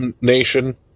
nation